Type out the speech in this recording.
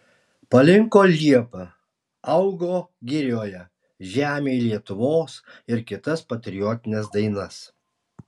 palinko liepa augo girioje žemėj lietuvos ir kitas patriotines dainas